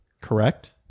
correct